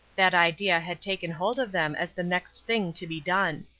that idea had taken hold of them as the next thing to be done.